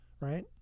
right